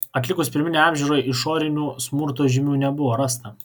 atlikus pirminę apžiūrą išorinių smurto žymių nebuvo rasta